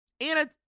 anna